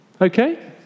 okay